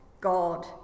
God